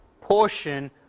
portion